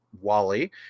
Wally